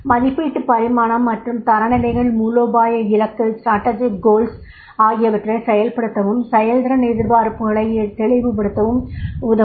மதிப்பீட்டுப் பரிமாணம் மற்றும் தரநிலைகள் மூலோபாய இலக்கு களை செயல்படுத்தவும் செயல்திறன் எதிர்பார்ப்புகளை தெளிவுபடுத்தவும் உதவும்